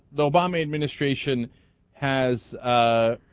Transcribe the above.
though balmy administration has ah.